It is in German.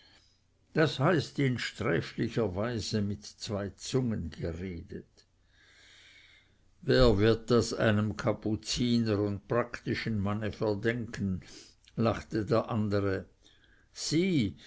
das heißt in sträflicher weise mit zwei zungen geredet wer wird das einem kapuziner und praktischen manne verdenken lachte der andere sieh